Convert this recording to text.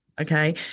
okay